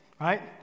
right